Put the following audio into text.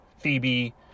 Phoebe